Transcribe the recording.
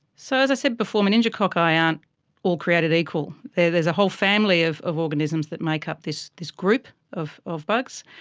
so as i said before, meningococci aren't all created equal, there's a whole family of of organisms that make up this this group of of bugs.